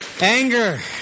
Anger